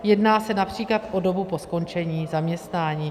Jedná se například o dobu po skončení zaměstnání.